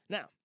Now